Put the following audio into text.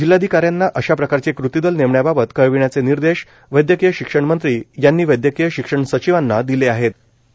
जिल्हाधिकाऱ्यांना अशा प्रकारच कृतिदल नक्षण्याबाबत कळविण्याच निर्देश वैद्यकीय शिक्षण मंत्री यांनी वैद्यकीय शिक्षण सचिवांना दिल आहप्र